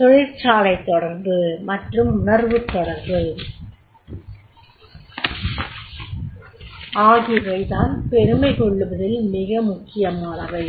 தொழிற்சாலைத் தொடர்பு மற்றும் உணர்வுத் தொடர்பு ஆகியவை தான் பெருமை கொள்ளுவதில் மிக முக்கியமானவை